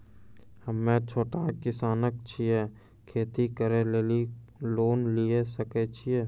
हम्मे छोटा किसान छियै, खेती करे लेली लोन लिये सकय छियै?